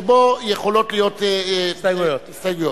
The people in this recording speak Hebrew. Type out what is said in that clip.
שבו יכולות להיות הסתייגויות.